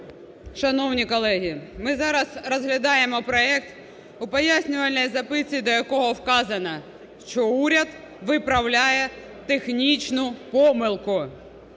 Шановні колеги! Ми зараз розглядаємо проект, у пояснювальній записці до якого сказано, що уряд виправляє технічну помилку.